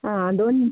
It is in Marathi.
आं दोन